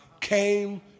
came